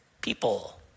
people